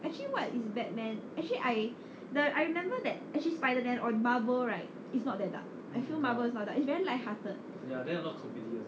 actually what is bat man actually I the I remember that actually spider-man or marvel right it's not that that dark I feel very light hearted